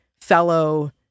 fellow